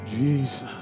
Jesus